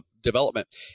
development